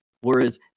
Whereas